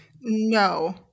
No